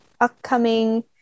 upcoming